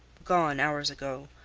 gone hours ago.